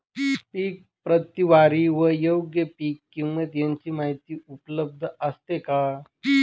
पीक प्रतवारी व योग्य पीक किंमत यांची माहिती उपलब्ध असते का?